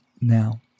Now